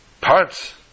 Parts